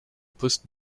poste